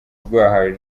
rwahawe